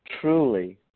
truly